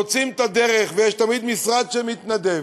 מוצאים את הדרך ויש תמיד משרד שמתנדב.